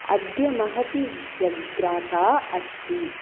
अद्य महती व्यग्राता अस्ति